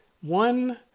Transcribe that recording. one